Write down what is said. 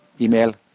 email